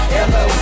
Hello